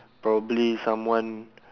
probably someone